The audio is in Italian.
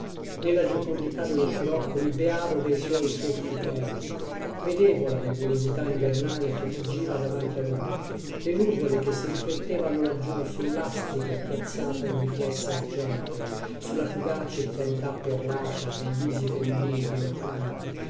nella giocondità dello scirocco mi beavo dei suoi soffii tenui vedevo la nebulosità invernale che fuggiva davanti a lui le nuvole che si riflettevano laggiù sul lastrico chiazzato in riflessi argentei su la fugace chiarità perlacea dei visi femminili trionfanti